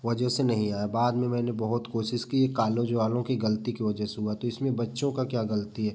वजह से नही आया बाद में मैंने बहुत कोशिश की ये कालेज वालों की गलती की वजह से हुआ तो इसमें बच्चों का क्या गलती है